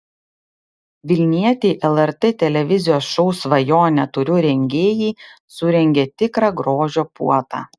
vilnietei lrt televizijos šou svajonę turiu rengėjai surengė tikrą grožio puotą